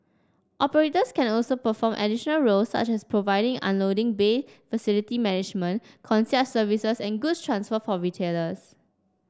operators can also perform additional roles such as providing unloading bay facility management concierge services and goods transfer for retailers